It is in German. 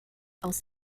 aus